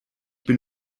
bin